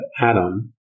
Adam